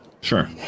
Sure